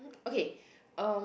okay um